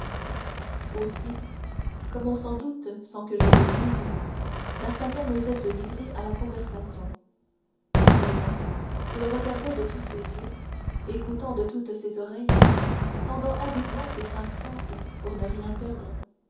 aussi comme on s'en doute sans que je le dise d'artagnan n'osait se livrer à la conversation seulement il regardait de tous ses yeux écoutant de toutes ses oreilles tendant avidement ses cinq sens pour ne rien perdre